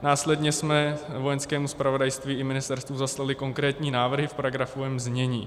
Následně jsme Vojenskému zpravodajství i ministerstvu zaslali konkrétní návrhy v paragrafovém znění.